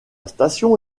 station